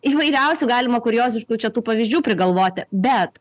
įvairiausių galima kurioziškų čia tų pavyzdžių prigalvoti bet